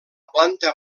planta